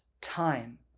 time